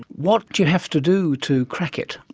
what do you have to do to crack it?